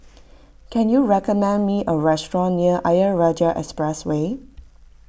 can you recommend me a restaurant near Ayer Rajah Expressway